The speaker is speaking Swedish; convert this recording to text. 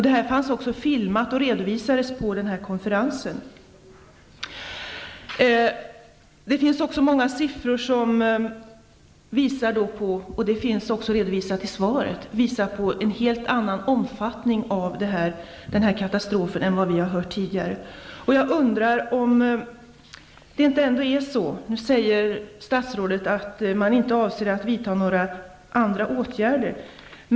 Detta skeende hade filmats och redovisades på konferensen. Många siffror -- vilka också finns redovisade i svaret -- visar på en helt annan omfattning av katastrofen än vad vi har hört tidigare. Statsrådet säger att man inte avser att vidta några andra åtgärder.